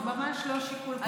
זה ממש לא שיקול כלכלי.